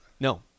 No